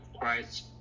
Christ